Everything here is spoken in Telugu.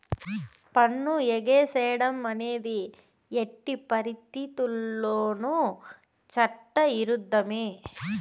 పన్ను ఎగేసేడం అనేది ఎట్టి పరిత్తితుల్లోనూ చట్ట ఇరుద్ధమే